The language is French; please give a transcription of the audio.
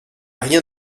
rien